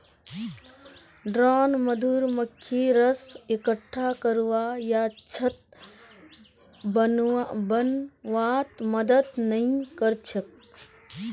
drone मधुमक्खी रस इक्कठा करवा या छत्ता बनव्वात मदद नइ कर छेक